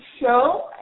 show